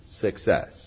success